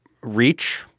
reach